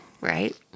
right